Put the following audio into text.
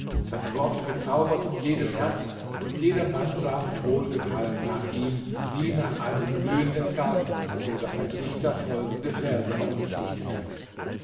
seine worte bezauberten jedes herz und jedermann sah mit wohlgefallen nach ihm wie nach einem blühenden garten so daß ein dichter folgende verse auf ihn dichtete